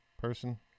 person